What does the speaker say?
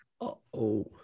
Uh-oh